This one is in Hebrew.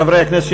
חברי הכנסת,